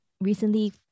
recently